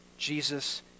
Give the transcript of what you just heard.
Jesus